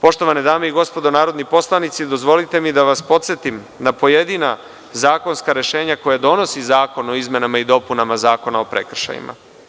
Poštovane dame i gospodo narodni poslanici, dozvolite mi da vas podsetim na pojedina zakonska rešenja koje donosi zakon o izmenama i dopunama Zakona o prekršajima.